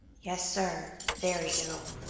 yes, sir, very ill.